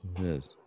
Yes